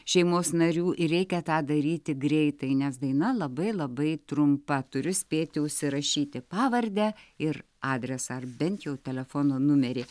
šeimos narių ir reikia tą daryti greitai nes daina labai labai trumpa turiu spėti užsirašyti pavardę ir adresą ar bent jau telefono numerį